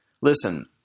Listen